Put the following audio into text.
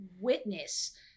witness